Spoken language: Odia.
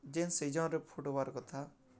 ଯେନ୍ ସିଜନ୍ରେ ଫୁଟ୍ବାର୍ କଥା